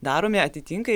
daromi atitinka